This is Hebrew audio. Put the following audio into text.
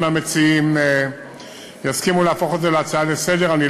אם המציעים יסכימו להפוך זאת להצעה לסדר-היום,